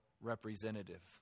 representative